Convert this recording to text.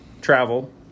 travel